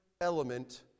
element